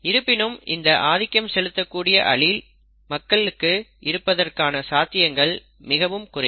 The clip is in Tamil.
இருப்பினும் இந்த ஆதிக்கம் செலுத்தக் கூடிய அலீல் மக்களுக்குள் இருப்பதற்கான சாத்தியங்கள் மிகவும் குறைவு